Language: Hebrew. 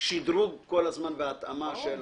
השדרוג כל הזמן וההתאמה.